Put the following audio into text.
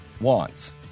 wants